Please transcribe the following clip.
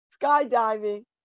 skydiving